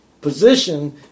position